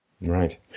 Right